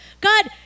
God